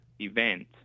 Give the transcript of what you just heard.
event